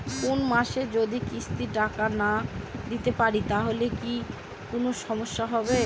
কোনমাসে যদি কিস্তির টাকা না দিতে পারি তাহলে কি কোন সমস্যা হবে?